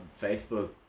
Facebook